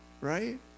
right